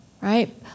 right